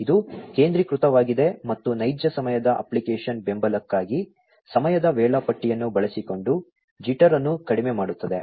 ಇದು ಕೇಂದ್ರೀಕೃತವಾಗಿದೆ ಮತ್ತು ನೈಜ ಸಮಯದ ಅಪ್ಲಿಕೇಶನ್ ಬೆಂಬಲಕ್ಕಾಗಿ ಸಮಯದ ವೇಳಾಪಟ್ಟಿಯನ್ನು ಬಳಸಿಕೊಂಡು ಜಿಟರ್ ಅನ್ನು ಕಡಿಮೆ ಮಾಡುತ್ತದೆ